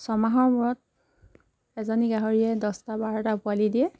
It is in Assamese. ছমাহৰ মূৰত এজনী গাহৰিয়ে দহটা বাৰটা পোৱালি দিয়ে